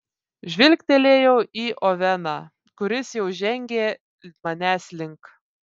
žvilgtelėjau į oveną kuris jau žengė manęs link